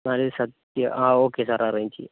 നാല് സദ്യ ആ ഓക്കെ സർ അറേഞ്ച് ചെയ്യാം